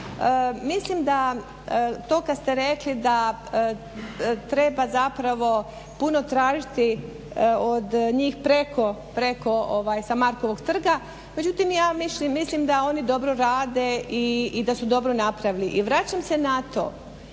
Mislim da to kad ste rekli da treba zapravo puno tražiti od njih preko sa Markovogo trga. Međutim, ja mislim da oni dobro rade i da su dobro napravili. I vraćam se na to,